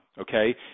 okay